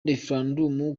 referendumu